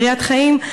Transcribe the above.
קריית-חיים.